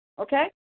Okay